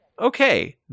okay